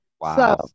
Wow